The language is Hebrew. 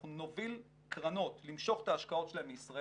אנחנו נוביל קרנות למשוך את ההשקעות שלהם מישראל,